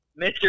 Mr